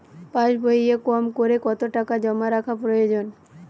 পাশবইয়ে কমকরে কত টাকা জমা রাখা প্রয়োজন?